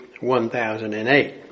1008